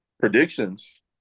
predictions